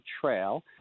trail